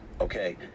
okay